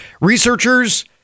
Researchers